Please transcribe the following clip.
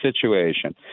situation